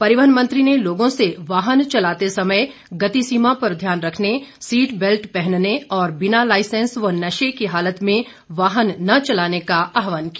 परिवहन मंत्री ने लोगों से वाहन चलाते समय गतिसीमा पर ध्यान रखने सीट बैल्ट पहनने और बिना लाइसैंस व नशे की हालत में वाहन न चलाने का आहवान किया